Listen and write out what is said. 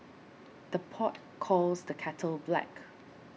the pot calls the kettle black